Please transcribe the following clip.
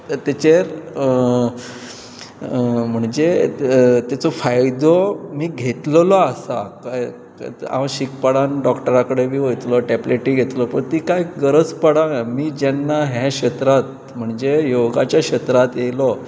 ताचेर म्हणजे ताचो फायदो मी घेतलेलो आसा कळ्ळें हांव शीक पडून डॉक्टरा कडेन बी वतलो टॅबलेटीय घेतलो पळय ती कांय गरज पडूंक ना मी जेन्ना ह्या क्षेत्रांत म्हणजे योगाच्या क्षेत्रांत आयलो